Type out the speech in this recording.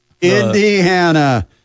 Indiana